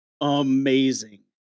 amazing